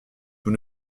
vous